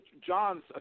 John's